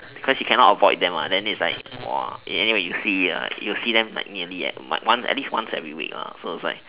because you cannot avoid them lah and then it's like anyway you see you see them nearly once every week lah so it's like